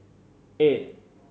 eight